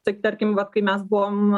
tik tarkim vat kai mes buvom